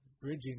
bridging